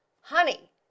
honey